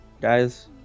guys